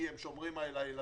כי הם שומרים על הילדים,